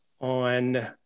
on